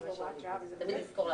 להסכמות.